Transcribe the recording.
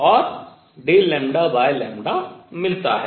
और Δλ मिलता है